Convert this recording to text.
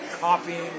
copying